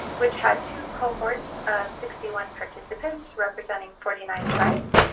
which had two cohorts of sixty one participants representing forty nine tribes.